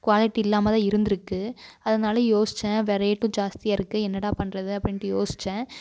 quality இல்லாமல்தான் இருந்திருக்கு அதனால யோசித்தேன் வேறு ரேட்டும் ஜாஸ்தியாக இருக்குது என்னடா பண்ணுறது அப்படின்ட்டு யோசித்தேன்